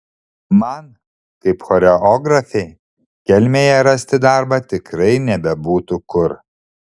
man kaip choreografei kelmėje rasti darbą tikrai nebebūtų kur